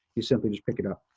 you simply just pick it up.